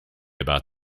about